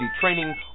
training